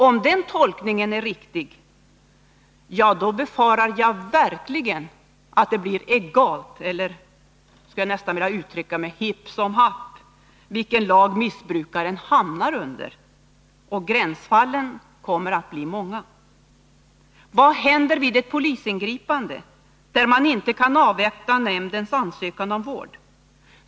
Om den tolkningen är riktig, då befarar jag verkligen att det blir hipp som happ vilken lag missbrukaren hamnar under och att gränsfallen blir många. Vad händer vid ett polisingripande där man inte kan avvakta nämndens ansökan om vård?